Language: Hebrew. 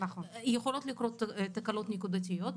יכולות לקרות תקלות נקודתיות,